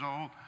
old